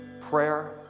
prayer